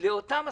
באותם עסקים,